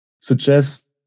suggest